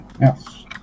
yes